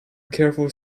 careful